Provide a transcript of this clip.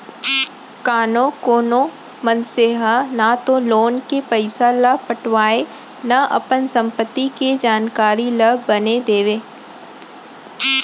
कानो कोनो मनसे ह न तो लोन के पइसा ल पटावय न अपन संपत्ति के जानकारी ल बने देवय